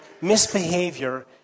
misbehavior